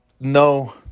no